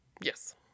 Yes